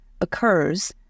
occurs